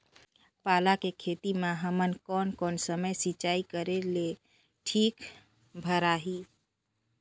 पाला के खेती मां हमन कोन कोन समय सिंचाई करेले ठीक भराही?